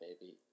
baby